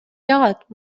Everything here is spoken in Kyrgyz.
жагат